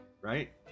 right